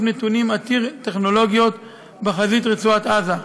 נתונים עתיר טכנולוגיות בחזית רצועת עזה,